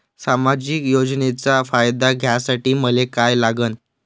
सामाजिक योजनेचा फायदा घ्यासाठी मले काय लागन?